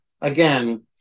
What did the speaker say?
again